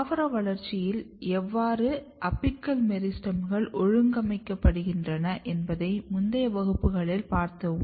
தாவர வளர்ச்சியில் எவ்வ்வறு அபிக்கல் மெரிஸ்டெம்கள் ஒழுங்கமைக்கப்படுகின்றன என்பதை முந்தைய வகுப்புகளில் பார்த்தோம்